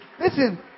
listen